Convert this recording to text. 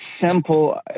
simple